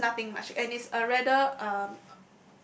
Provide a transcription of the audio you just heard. there's just nothing much and is a rather um